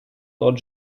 тот